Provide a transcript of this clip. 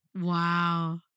wow